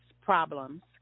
problems